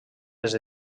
les